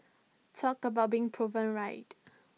talk about being proven right